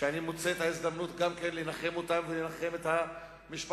אני מוצא את ההזדמנות לנחם אותן ולנחם את המשפחות